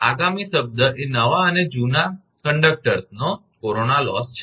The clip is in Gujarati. આગામી શબ્દ એ નવા અને જૂના વાહકનો કોરોના લોસ છે